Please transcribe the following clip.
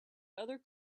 other